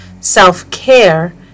Self-care